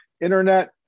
internet